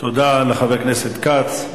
תודה לחבר הכנסת כץ.